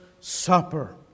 Supper